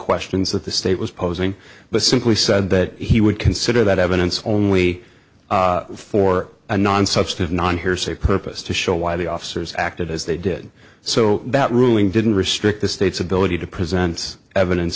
questions that the state was posing but simply said that he would consider that evidence only for a non substantive non hearsay purpose to show why the officers acted as they did so that ruling didn't restrict the state's ability to present evidence